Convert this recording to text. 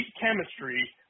chemistry